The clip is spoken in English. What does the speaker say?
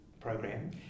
Program